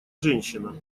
женщина